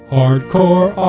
Hardcore